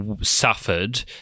suffered